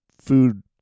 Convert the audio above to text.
food